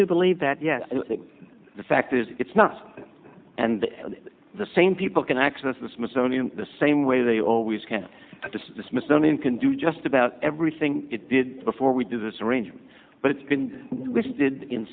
do believe that the fact is it's not and the same people can access the smithsonian the same way they always can the smithsonian can do just about everything it did before we did this arrangement but it's been listed in